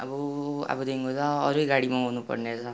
अब अबदेखिको त अरू नै गाडी मगाउनुपर्ने रहेछ